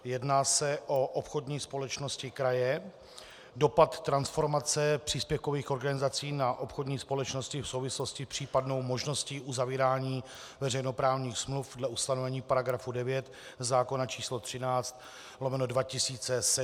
Jedná se o obchodní společnosti kraje, dopad transformace příspěvkových organizací na obchodní společnosti v souvislosti s případnou možností uzavírání veřejnoprávních smluv dle ustanovení § 9 zákona č. 13/2007 Sb.